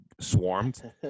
swarmed